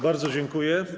Bardzo dziękuję.